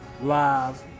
live